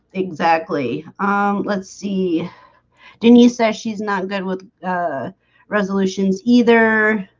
exactly let's see denise says she's not good with resolutions either